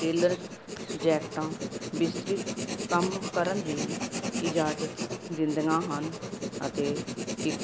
tailor ਜੈਕਟਾਂ ਵਿਸਤ੍ਰਿਤ ਕੰਮ ਕਰਨ ਦੀ ਇਜਾਜ਼ਤ ਦਿੰਦੀਆਂ ਹਨ ਅਤੇ ਇੱਕ